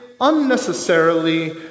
unnecessarily